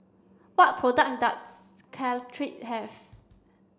what products does Caltrate have